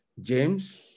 James